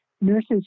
nurses